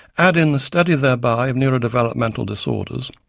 add in the study thereby of neurodevelopmental disorders,